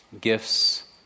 gifts